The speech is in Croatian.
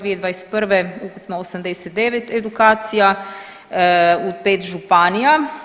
2021. ukupno 89 edukacija u 5 županija.